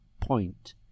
point